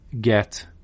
get